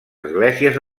esglésies